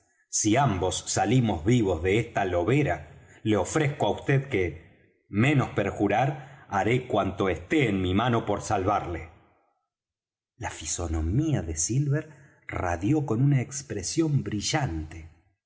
si ambos salimos vivos de esta lobera le ofrezco á vd que menos perjurar haré cuanto esté en mi mano por salvarle la fisonomía de silver radió con una expresión brillante